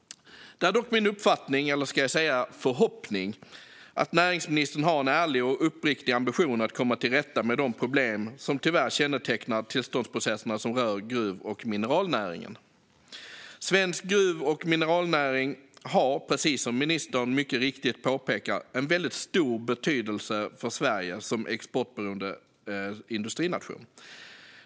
Det är dock min uppfattning, eller ska jag säga förhoppning, att näringsministern har en ärlig och uppriktig ambition att komma till rätta med de problem som tyvärr kännetecknar de tillståndsprocesser som rör gruv och mineralnäringen. Svensk gruv och mineralnäring har, precis som ministern påpekar, en väldigt stor betydelse för Sverige som en exportberoende industrination.